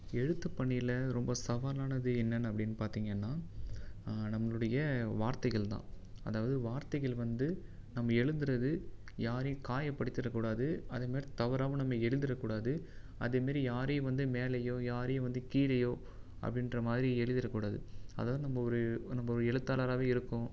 எழுத்துப் பணியில ரொம்ப சவாலானது என்னன்னு அப்படின்னு பார்த்திங்கன்னா நம்மளுடைய வார்த்தைகள் தான் அதாவது வார்த்தைகள் வந்து நம்ம எழுதுறது யாரையும் காயப்படுத்திறக் கூடாது அதே மாதிரி தவறாகவும் நம்ம எழுதிறக் கூடாது அதே மாதிரி யாரையும் வந்து மேலயோ யாரையும் வந்து கீழயோ அப்படின்ற மாதிரி எழுதிறக் கூடாது அதாவது நம்ம ஒரு நம்ப ஒரு எழுத்தாளராவே இருக்கோம்